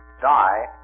die